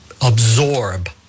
absorb